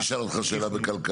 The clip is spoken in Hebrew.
אני אשאל אותך שאלה בכלכלה.